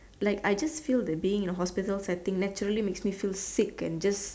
like I just feel that being in a hospital setting naturally makes me feel sick and just